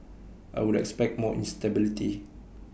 I would expect more instability